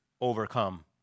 overcome